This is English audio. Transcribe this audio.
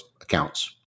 accounts